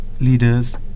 leaders